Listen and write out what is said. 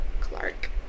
clark